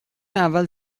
اول